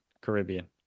Caribbean